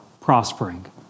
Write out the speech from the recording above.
prospering